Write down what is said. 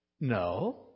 No